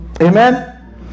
Amen